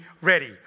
ready